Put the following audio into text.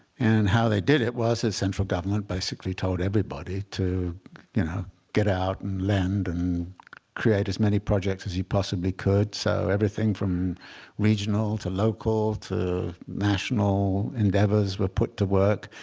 and how they did it was the central government basically told everybody to you know get out and lend and create as many projects as you possibly could. so everything from regional to local to national endeavors were put to work.